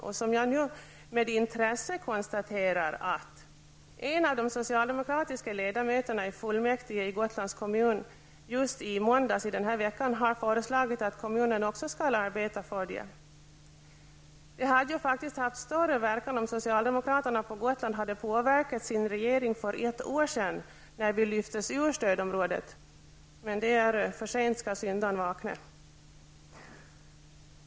Jag konstaterar nu med intresse att en av de socialdemokratiska ledamöterna i fullmäktige i Gotlands kommun har just i måndags föreslagit att kommunen också skall arbeta för det. Det hade ju faktiskt haft större verkan om socialdemokraterna på Gotland hade påverkat sin regering för ett år sedan, när vi lyftes ut ur stödområdet, men ''för sent skall syndaren vakna''.